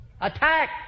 Attack